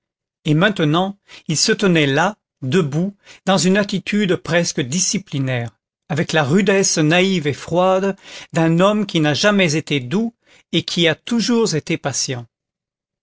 et maintenant il se tenait là debout dans une attitude presque disciplinaire avec la rudesse naïve et froide d'un homme qui n'a jamais été doux et qui a toujours été patient